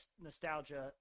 nostalgia